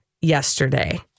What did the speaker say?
yesterday